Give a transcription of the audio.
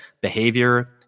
Behavior